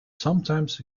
sometimes